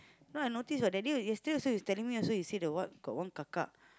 now I notice that day yesterday also he's telling me also he say the what got one kakak